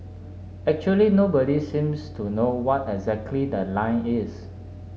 actually nobody seems to know what exactly the line is